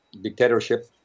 dictatorship